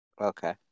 Okay